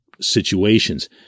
situations